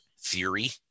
theory